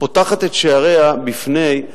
פותחת את שעריה בפני,